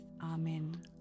Amen